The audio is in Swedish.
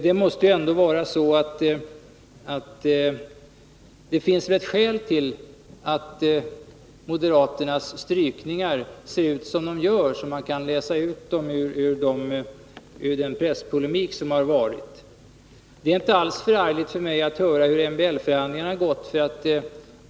Det måste ändå finnas ett skäl till att moderaternas strykningar ser ut så som de gör, något som man kan läsa ut ur den presspolemik som förekommit. Det är inte alls förargligt för mig att höra hur MBL-förhandlingarna gått.